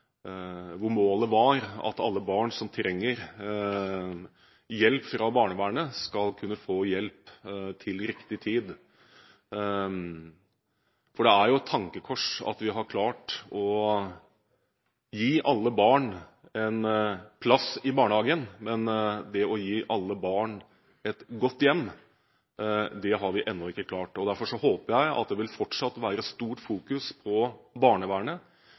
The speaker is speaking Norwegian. hvor målet var at alle barn som trenger hjelp fra barnevernet, skal kunne få hjelp til riktig tid. Det er et tankekors at vi har klart å gi alle barn en plass i barnehagen, men det å gi alle barn et godt hjem har vi ennå ikke klart. Derfor håper jeg at det fortsatt vil være stort fokus på barnevernet